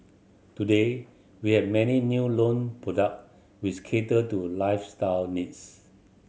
today we have many new loan product which cater to a lifestyle needs